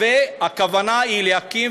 והכוונה היא להקים,